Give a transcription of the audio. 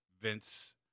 Vince